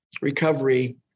recovery